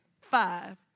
five